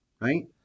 right